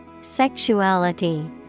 Sexuality